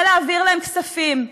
ולהעביר להם כספים.